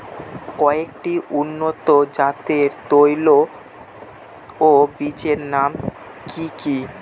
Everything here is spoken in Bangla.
কয়েকটি উন্নত জাতের তৈল ও বীজের নাম কি কি?